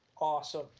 Awesome